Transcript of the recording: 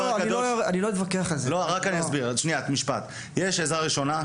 יש עזרה ראשונה,